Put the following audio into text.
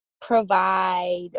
provide